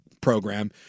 program